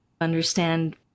understand